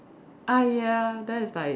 ah ya that is like